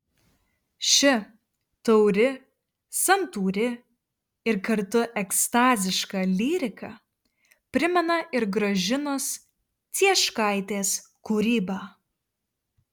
ši tauri santūri ir kartu ekstaziška lyrika primena ir gražinos cieškaitės kūrybą